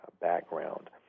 background